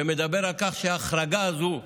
שמדבר על כך שההחרגה הזו,